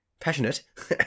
passionate